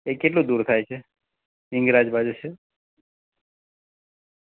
એ કેટલું દૂર થાય છે હિંગરાજ બાજુ છે